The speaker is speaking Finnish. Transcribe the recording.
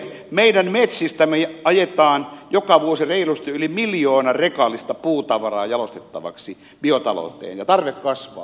meidän metsistämme ajetaan joka vuosi reilusti yli miljoona rekallista puutavaraa jalostettavaksi biotalouteen ja tarve kasvaa